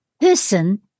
person